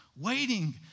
Waiting